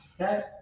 Okay